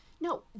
No